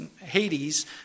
Hades